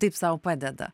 taip sau padeda